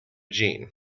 jeanne